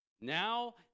Now